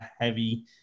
heavy